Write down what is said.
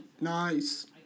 Nice